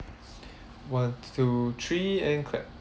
one two three and clap